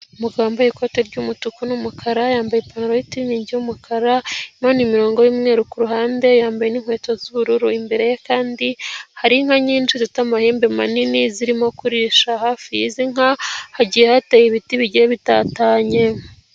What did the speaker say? Umugabo wambaye ikoti ry'umutuku n'umukara, yambaye ipantaro y'itiriningi y'umukara irimo n'imirongo y'umweru ku ruhande, yambaye n'inkweto z'ubururu, imbere ye kandi hari inka nyinshi zifite amahembe manini zirimo kuririsha, hafi y'izi nka hagiye hateye ibiti bigiye bitatanye.